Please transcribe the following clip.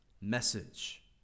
message